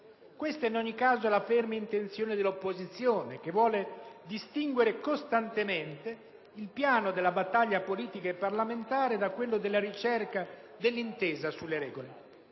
Questa, in ogni caso, è la ferma intenzione dell'opposizione che vuole distinguere costantemente il piano della battaglia politica e parlamentare da quello della ricerca dell'intesa sulle regole.